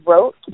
wrote